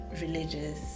religious